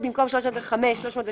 לפי סעיף 305 לאותו